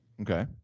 Okay